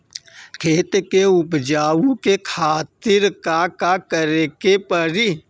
खेत के उपजाऊ के खातीर का का करेके परी?